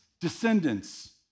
descendants